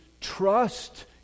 trust